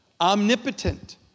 Omnipotent